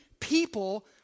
people